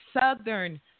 southern